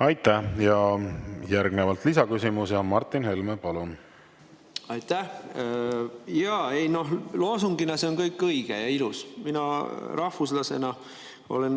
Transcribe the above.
Aitäh! Järgnevalt lisaküsimus. Martin Helme, palun! Aitäh! Noh, loosungina see on kõik õige ja ilus. Mina rahvuslasena olen